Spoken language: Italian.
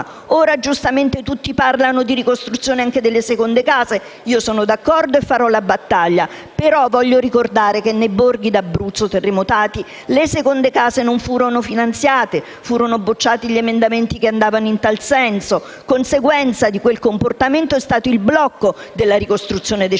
Ora giustamente tutti parlano di ricostruzione anche delle seconde case: io sono d'accordo e farò questa battaglia. Desidero però ricordare che nei borghi d'Abruzzo terremotati le seconde case non furono finanziate: gli emendamenti che andavano in tal senso furono respinti. Conseguenza di quel comportamento è stato il blocco della ricostruzione dei centri